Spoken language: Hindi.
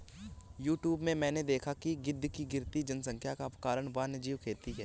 यूट्यूब में मैंने देखा है कि गिद्ध की गिरती जनसंख्या का कारण वन्यजीव खेती है